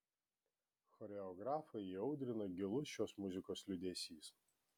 choreografą įaudrino gilus šios muzikos liūdesys